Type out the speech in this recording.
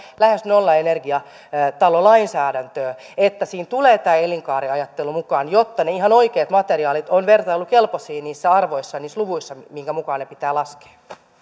lähes nollaenergiatalolainsäädäntöä että siinä tulee tämä elinkaariajattelu mukaan jotta ne ihan oikeat materiaalit ovat vertailukelpoisia niissä arvoissa ja niissä luvuissa minkä mukaan ne pitää laskea